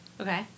Okay